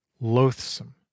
loathsome